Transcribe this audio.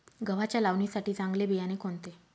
गव्हाच्या लावणीसाठी चांगले बियाणे कोणते?